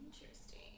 Interesting